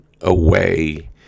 away